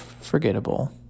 forgettable